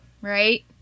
right